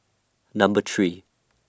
Number three